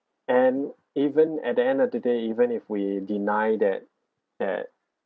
and even at the end of the day even if we deny that that